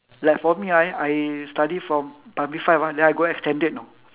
like for me I I study from primary five ah then I got extended you know